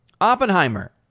Oppenheimer